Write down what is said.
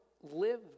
live